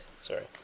Sorry